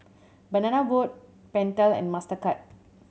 Banana Boat Pentel and Mastercard